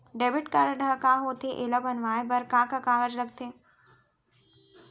Debit card ह का होथे एला बनवाए बर का का कागज लगथे?